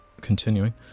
continuing